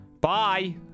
bye